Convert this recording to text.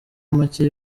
make